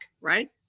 right